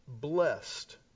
blessed